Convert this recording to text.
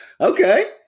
Okay